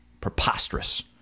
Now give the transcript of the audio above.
preposterous